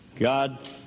God